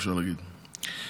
אפשר להגיד,